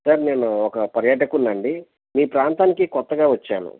sir నేను ఒక పర్యాటకుడినండి ఈ ప్రాంతానికి కొత్తగా వచ్చాను